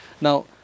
Now